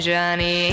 Johnny